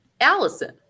Allison